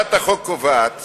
הצעת החוק קובעת